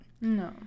no